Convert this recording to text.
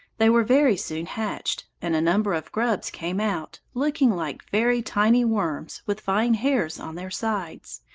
they were very soon hatched, and a number of grubs came out, looking like very tiny worms with fine hairs on their sides.